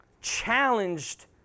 challenged